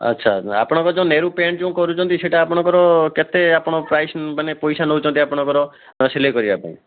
ଆଚ୍ଛା ଆପଣଙ୍କର ଯେଉଁ ନେରୁ ପ୍ୟାଣ୍ଟ୍ ଯେଉଁ କରୁଛନ୍ତି ସେଇଟା ଆପଣଙ୍କର କେତେ ଆପଣ ପ୍ରାଇସ୍ ମାନେ ପଇସା ନେଉଛନ୍ତି ଆପଣଙ୍କର ସିଲେଇ କରିବା ପାଇଁ